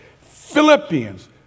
Philippians